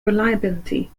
reliability